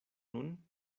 nun